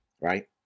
right